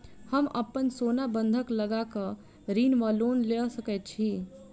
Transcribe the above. हम अप्पन सोना बंधक लगा कऽ ऋण वा लोन लऽ सकै छी?